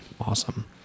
awesome